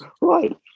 Right